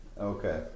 Okay